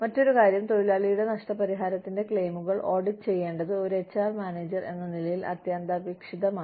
മറ്റൊരു കാര്യം തൊഴിലാളിയുടെ നഷ്ടപരിഹാരത്തിന്റെ ക്ലെയിമുകൾ ഓഡിറ്റ് ചെയ്യേണ്ടത് ഒരു എച്ച്ആർ മാനേജർ എന്ന നിലയിൽ അത്യന്താപേക്ഷിതമാണ്